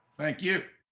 thank you.